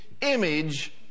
image